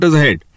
ahead